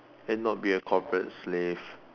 and not be a corporate slave